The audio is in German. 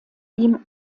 ihm